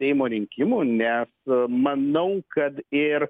seimo rinkimų nes manau kad ir